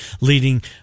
leading